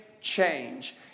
change